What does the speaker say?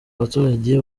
baturage